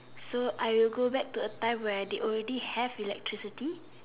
so I will go back to a time where they already have electricity